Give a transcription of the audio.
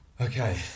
Okay